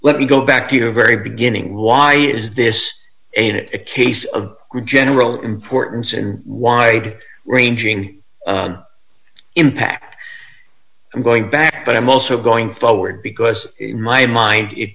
let me go back to your very beginning why is this a case of general importance and wide ranging impact i'm going back but i'm also going forward because in my mind it